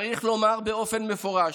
צריך לומר באופן מפורש: